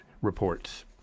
reports